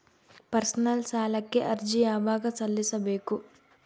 Personal ಸಾಲಕ್ಕೆ ಅರ್ಜಿ ಯವಾಗ ಸಲ್ಲಿಸಬೇಕು?